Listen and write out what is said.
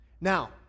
Now